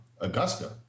Augusta